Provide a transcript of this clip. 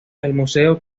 museo